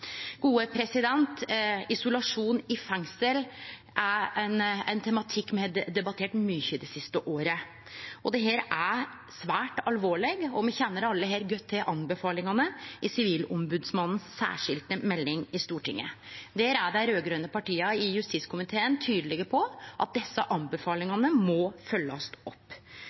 Isolasjon i fengsel er ein tematikk me har debattert mykje det siste året, og dette er svært alvorleg. Me kjenner alle godt til anbefalingane i Sivilombodsmannens særskilde melding til Stortinget. Dei raud-grøne partia i justiskomiteen er tydelege på at desse anbefalingane må følgjast opp.